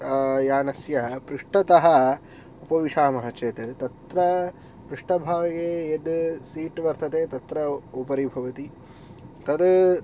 यानस्य पृष्ठतः उपविशामः चेत् तत्र पृष्ठभागे यद् सीट् वर्तते तत्र उपरि भवति तद्